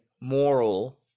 moral